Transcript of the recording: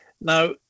now